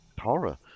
horror